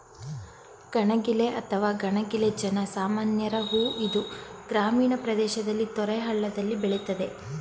ಗಣಗಿಲೆ ಅಥವಾ ಕಣಗಿಲೆ ಜನ ಸಾಮಾನ್ಯರ ಹೂ ಇದು ಗ್ರಾಮೀಣ ಪ್ರದೇಶದಲ್ಲಿ ತೊರೆ ಹಳ್ಳದಲ್ಲಿ ಬೆಳಿತದೆ